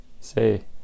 Say